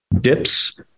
dips